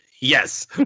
Yes